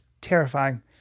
terrifying